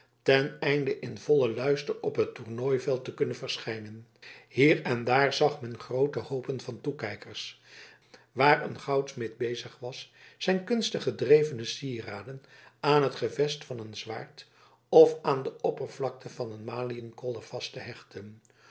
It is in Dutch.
ten einde in vollen luister op het tornooi veld te kunnen verschijnen hier en daar zag men groote hoopen van toekijkers waar een goudsmid bezig was zijne kunstig gedrevene sieraden aan het gevest van een zwaard of aan de oppervlakte van een maliënkolder vast te hechten